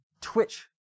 Twitch